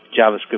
JavaScript